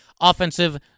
offensive